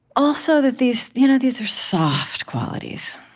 also that these you know these are soft qualities